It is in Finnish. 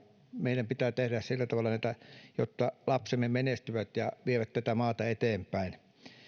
meidän pitää tehdä sillä tavalla näitä että lapsemme menestyvät ja vievät tätä maata eteenpäin